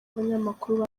abanyamakuru